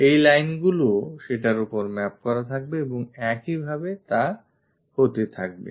এই lineগুলিও সেটার ওপর map করা থাকবে এবং একইভাবে তা হতে থাকবে